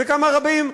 וכמה רבים,